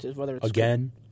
Again